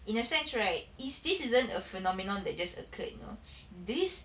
in a sense right is this isn't a phenomenon that just occurred you know this